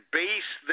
base